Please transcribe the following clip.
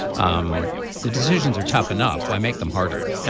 um the decisions are tough enough. why make them harder. and